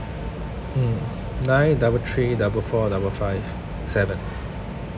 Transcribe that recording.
mm nine double three double four double five seven